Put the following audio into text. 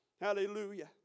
Hallelujah